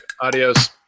adios